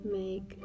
make